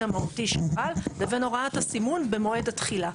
המהותי שהופעל לבין הוראת הסימון במועד התחילה.